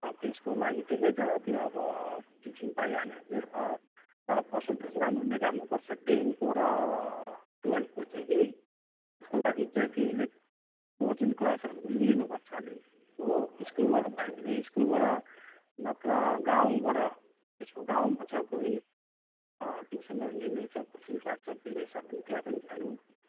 त्यसको लागि ठिकै छ त्यो अब टिचिङ पाइहाल्यो भने तर पर्सन्टेज राम्रो निकाल्नुपर्छ टेनको र टुवेल्भको चाहिँ कि त्यसको लागि चाहिँ तिमीले कोचिङ क्लासहरू पनि लिनुपर्छ अलिअलि हो स्कुलबाट भयो भने स्कुलबाट नत्र गाँउबाट यसो गाँउमा छ कोही ट्युसनहरू लिने छ कोचिङ क्लासहरू लिने छ भने त्यहाँ पनि जानु